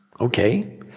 Okay